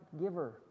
giver